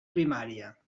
primària